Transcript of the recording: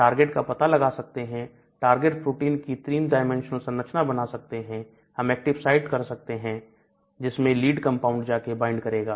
target का पता लगा सकते हैं टारगेट प्रोटीन की 3 Dimensional संरचना बना सकते हैं हम एक्टिव साइट कर सकते हैं जिसमें लीड कंपाउंड जाके बाइंड करेगा